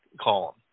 column